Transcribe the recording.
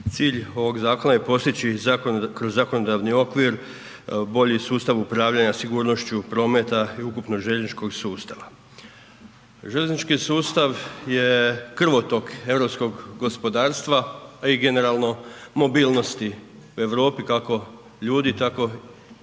Cilj ovog zakona je postići kroz zakonodavni okvir bolji sustav upravljanja sigurnošću prometa i ukupno željezničkog sustava. Željeznički sustav je krvotok europskog gospodarstva, a i generalno mobilnosti u Europi, kako ljudi, tako i